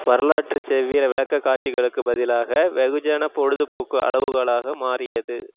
வரலாற்று செவ்வியல் விளக்கக் காட்சிகளுக்கு பதிலாக வெகுஜன பொழுதுபோக்கு அளவுகோலாக மாறியது